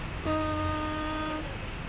mm